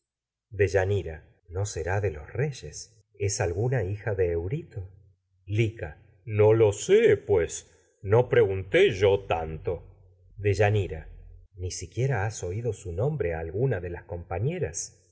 deyanira no será de los reyes es alguna hija de eurito lica no lo sé pues no pregunté yo tanto deyanira ni siquiera has oído su nombre a algu na de las compañeras